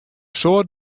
soad